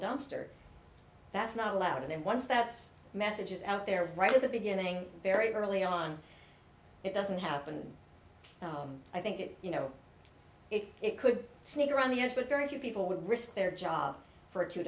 dumpster that's not allowed in and once that's messages out there right at the beginning very early on it doesn't happen i think you know it could sneak around the edge but very few people would risk their job for a two